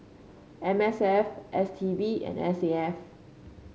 M S F S T B and S A F